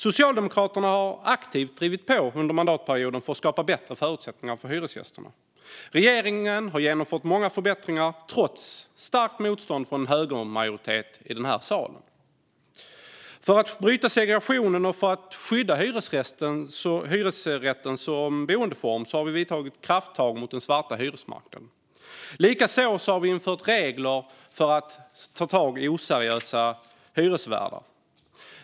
Socialdemokraterna har aktivt drivit på under mandatperioden för att skapa bättre förutsättningar för hyresgästerna. Regeringen har genomfört många förbättringar trots starkt motstånd från en högermajoritet i den här salen. För att bryta segregationen och för att skydda hyresrätten som boendeform har vi tagit krafttag mot den svarta hyresmarknaden. Vi har också infört regler för att ta tag i oseriösa hyresvärdar.